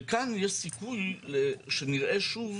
וכאן יש סיכוי שנראה שוב